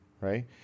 Right